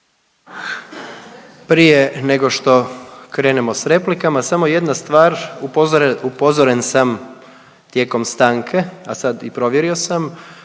Prije nego što krenemo sa replikama samo jedna stvar. Upozoren sam tijekom stanke, a sad i provjerio sam,